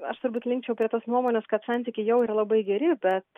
aš turbūt linkčiau prie tos nuomonės kad santykiai jau yra labai geri bet